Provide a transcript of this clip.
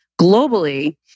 globally